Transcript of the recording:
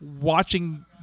watching